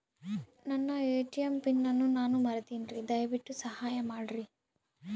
ನನ್ನ ATM pin ಅನ್ನು ನಾನು ಮರಿತಿನ್ರಿ, ದಯವಿಟ್ಟು ಸಹಾಯ ಮಾಡ್ರಿ